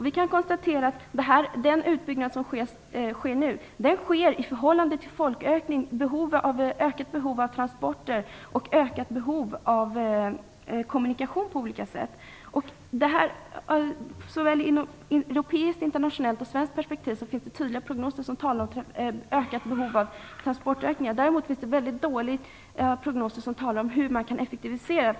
Vi kan konstatera att utbyggnaden nu sker i förhållande till folkökningen, ökade behov av transporter och ökade behov av kommunikation på olika sätt. Såväl i europeiskt som internationellt och svenskt perspektiv finns det tydliga prognoser som talar om ett behov av transportökningar. Däremot finns det dåligt med prognoser som talar om hur man kan effektivisera.